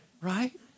Right